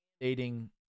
dating